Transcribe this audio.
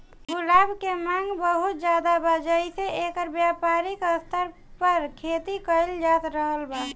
गुलाब के मांग बहुत ज्यादा बा जेइसे एकर व्यापारिक स्तर पर खेती कईल जा रहल बा